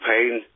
pain